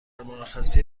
مرخصی